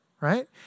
right